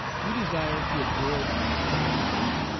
we desire to absorb and cultivate them.